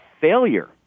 failure